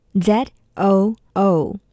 Z-O-O